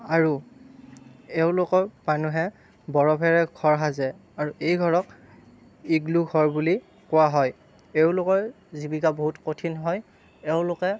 আৰু এওঁলোকৰ মানুহে বৰফেৰে ঘৰ সাজে আৰু এই ঘৰক ঈগলু ঘৰ বুলি কোৱা হয় এওঁলোকৰ জীৱিকা বহুত কঠিন হয় এওঁলোকে